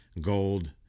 gold